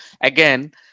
again